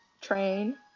train